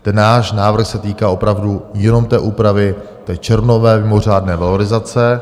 Ten náš návrh se týká opravdu jenom té úpravy té červnové mimořádné valorizace.